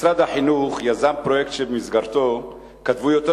משרד החינוך יזם פרויקט שבמסגרתו כתבו יותר